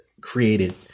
created